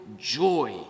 joy